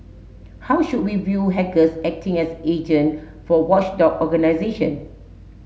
how should we view hackers acting as agent for watchdog organisation